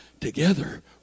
together